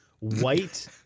white